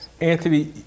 Anthony